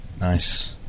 nice